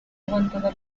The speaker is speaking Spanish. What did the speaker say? aguantado